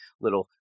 little